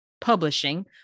publishing